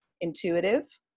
intuitive